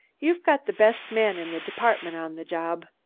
you've got the best man in the department on the job.